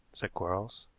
said quarles,